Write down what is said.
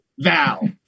Val